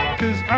cause